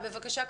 בבקשה,